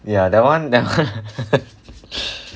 ya that one that one